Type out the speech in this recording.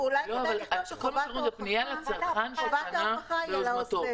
אבל אולי כדאי לכתוב שחובת ההוכחה היא על העוסק.